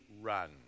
run